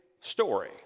story